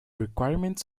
requirements